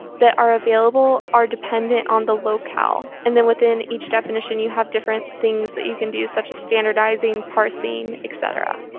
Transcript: that are available are dependent on the locale. and then within each definition, you have different things that you can do, such as standardizing, parsing, et cetera.